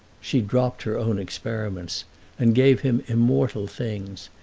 she dropped her own experiments and gave him immortal things,